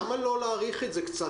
למה לא להאריך את המועדים?